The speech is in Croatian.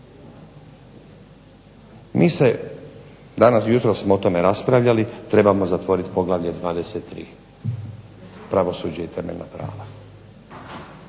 Mi se danas, jutros smo o tome raspravljali, trebamo zatvoriti Poglavlje 23. – Pravosuđe i temeljna prava.